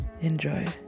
enjoy